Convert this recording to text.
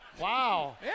wow